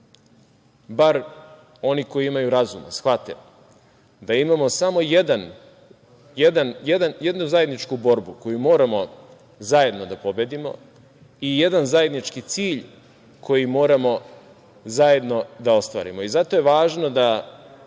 bar oni koji imaju razuma shvate da imamo samo jednu zajedničku borbu koju moramo zajedno da pobedimo i jedan zajednički cilj koji moramo zajedno da ostvarimo i zato je važno da